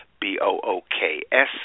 B-O-O-K-S